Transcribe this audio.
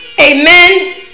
Amen